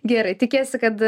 gerai tikiesi kad